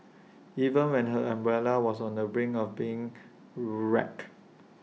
even when her umbrella was on the brink of being wrecked